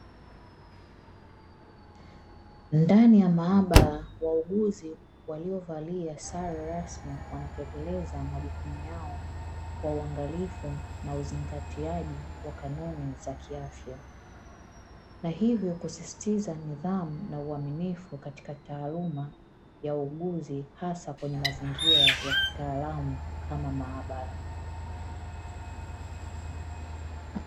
Ndani ya maabara wauguzi waliovalia sare rasmi, wanatekeleza majukumu yao kwa uangalifu na uzingatiaji wa kanuni za kiafya, na hivyo kusisitiza nidhamu na uaminifu katika taaluma ya uuguzi hasa kwenye mazingira ya kitaalamu kama maabara.